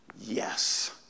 Yes